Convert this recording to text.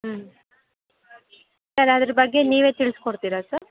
ಹ್ಞೂ ಸರ್ ಅದರ ಬಗ್ಗೆ ನೀವೇ ತಿಳಿಸ್ಕೊಡ್ತೀರಾ ಸರ್